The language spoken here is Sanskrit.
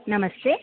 नमस्ते